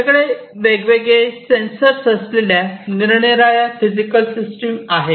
आपल्याकडे वेगवेगळे सेन्सर्स असलेल्या निरनिराळ्या फिजिकल सिस्टम आहे